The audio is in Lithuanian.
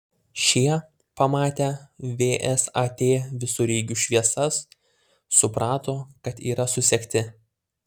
šie pamatę vsat visureigių šviesas suprato kad yra susekti